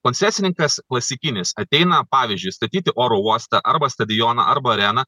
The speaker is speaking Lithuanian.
koncesininkas klasikinis ateina pavyzdžiui statyti oro uostą arba stadioną arba areną